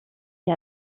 est